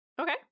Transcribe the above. Okay